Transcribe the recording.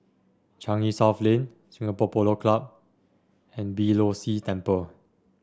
Changi South Lane Singapore Polo Club and Beeh Low See Temple